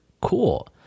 cool